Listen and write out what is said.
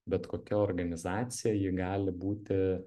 bet kokia organizacija ji gali būti